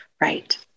Right